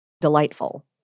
delightful